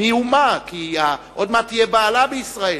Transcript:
מי הוא מה, כי עוד מעט תהיה בהלה בישראל.